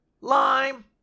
Lime